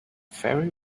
very